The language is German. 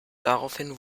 daraufhin